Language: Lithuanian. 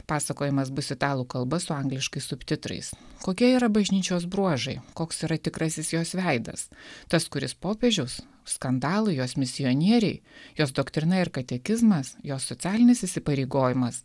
pasakojimas bus italų kalba su angliškais subtitrais kokie yra bažnyčios bruožai koks yra tikrasis jos veidas tas kuris popiežius skandalai jos misionieriai jos doktrina ir katekizmas jos socialinis įsipareigojimas